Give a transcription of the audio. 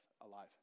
alive